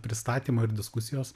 pristatymo ir diskusijos